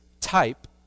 type